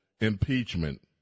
impeachment